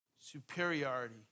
superiority